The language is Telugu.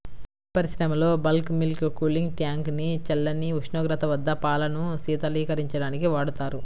పాడి పరిశ్రమలో బల్క్ మిల్క్ కూలింగ్ ట్యాంక్ ని చల్లని ఉష్ణోగ్రత వద్ద పాలను శీతలీకరించడానికి వాడతారు